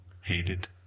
hated